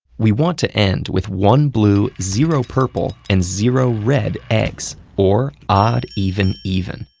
we want to end with one blue, zero purple, and zero red eggs, or odd, even, even.